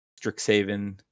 Strixhaven